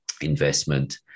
investment